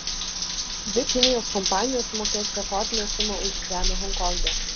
dvi kinijos kompanijos sumokės rekordinę sumą už žemę honkonge